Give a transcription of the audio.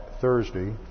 Thursday